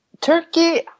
Turkey